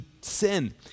sin